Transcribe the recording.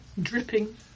dripping